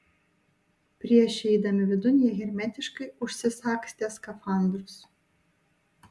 prieš įeidami vidun jie hermetiškai užsisagstė skafandrus